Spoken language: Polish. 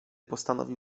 postanowił